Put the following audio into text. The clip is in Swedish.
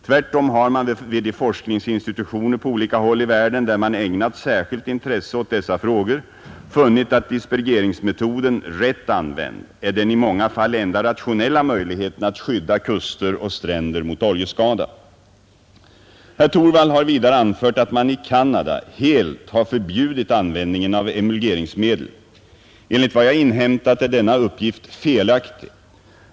Tvärtom har man vid de forskningsinstitutioner på olika håll i världen där man ägnat särskilt intresse åt dessa frågor funnit att dispergeringsmetoden, rätt använd, är den i många fall enda rationella möjligheten att skydda kuster och stränder mot oljeskada. Herr Torwald har vidare anfört att man i Canada helt har förbjudit användningen av emulgeringsmedel. Enligt vad jag inhämtat är denna uppgift felaktig.